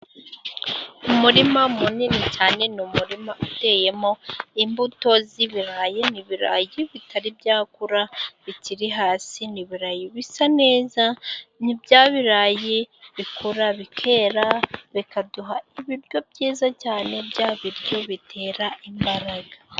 Umurima munini cyane, ni umurima uteyemo imbuto z'ibirayi ni ibirayi bitari byakura bikiri hasi, ni ibirayi bisa neza ni bya birayi bikura bikera bikaduha ibiryo byiza cyane, bya biryo bitera imbaraga.